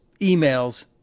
emails